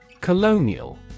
Colonial